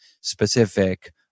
specific